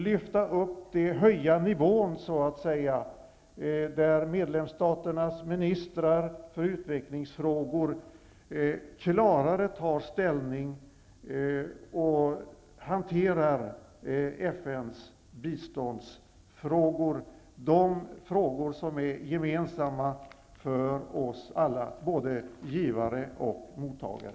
Nivån måste höjas, så att medlemsstaternas ministrar för utvecklingsfrågor klarare kan ta ställning och hantera FN:s biståndsfrågor -- frågor som är gemensamma för oss alla, alltså för både givare och mottagare.